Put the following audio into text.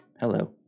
Hello